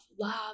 love